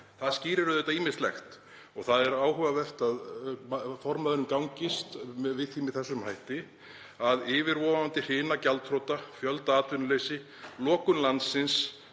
Það skýrir auðvitað ýmislegt og það er áhugavert að formaðurinn gangist við því með þessum hætti að yfirvofandi hrina gjaldþrota, fjöldaatvinnuleysi, lokun landsins,